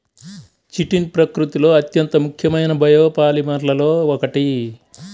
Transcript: chitin ప్రకృతిలో అత్యంత ముఖ్యమైన బయోపాలిమర్లలో ఒకటి